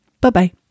Bye-bye